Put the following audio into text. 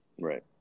right